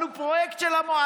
אבל הוא פרויקט של המועצה,